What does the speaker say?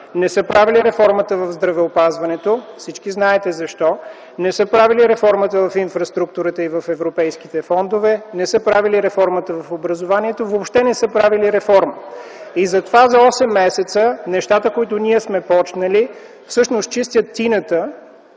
Не са правили реформата в здравеопазването. Всички знаете защо. Не са правили реформата в инфраструктурата и в европейските фондове, не са правили реформата в образованието, въобще не са правили реформа. За осем месеца нещата, които ние сме започнали всъщност чистят тинята,